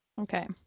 Okay